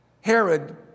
Herod